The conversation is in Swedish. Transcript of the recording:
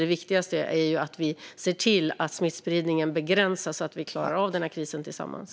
Det viktigaste är ju att vi ser till att smittspridningen begränsas, så att vi klarar av den här krisen tillsammans.